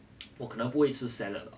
我可能不会吃 salad 了